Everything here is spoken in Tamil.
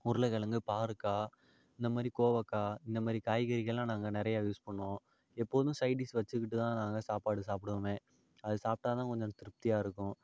உருளைகிழங்கு பாருக்காய் இந்தமாதிரி கோவக்காய் இந்தமாதிரி காய்கறிகள்லாம் நாங்கள் நிறைய யூஸ் பண்ணுவோம் எப்போதும் சைட்டிஷ் வச்சுக்கிட்டுதான் நாங்கள் சாப்பாடு சாப்பிடுவோமே அது சாப்பிட்டாதான் கொஞ்சம் திருப்தியாகருக்கும்